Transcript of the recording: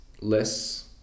less